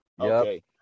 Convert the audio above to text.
Okay